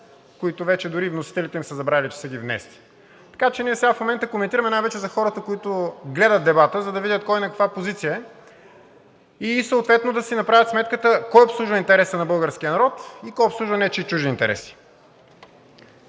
които вече дори и вносителите им са забравили, че са ги внесли. Така че ние сега в момента коментираме най-вече за хората, които гледат дебата, за да видят кой на каква позиция е и съответно да си направят сметката – кой обслужва интереса на българския народ и кой обслужва нечии чужди интереси.